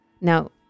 Now